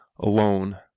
alone